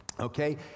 Okay